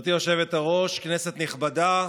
גברתי היושבת-ראש, כנסת נכבדה,